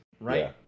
right